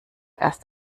erst